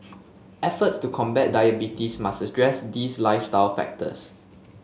efforts to combat diabetes must address these lifestyle factors